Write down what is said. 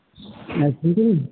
আর fitting